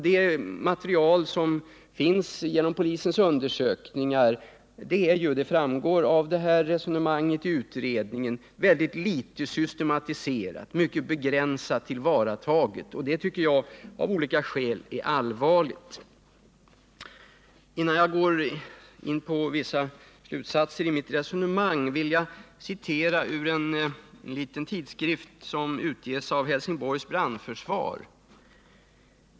Det material som finns genom polisens undersökningar är, vilket framgår av resonemanget i utredningen, mycket litet systematiserat och mycket begränsat tillvarataget. Det tycker jag av olika skäl är allvarligt. Innan jag går in på vissa slutsatser i mitt resonemang vill jag citera ur en liten tidskrift som utges av Helsingborgs brandförsvar.